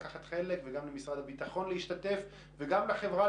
גם למשרד הביטחון וגם לחברה,